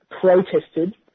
protested